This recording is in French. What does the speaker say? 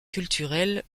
culturelles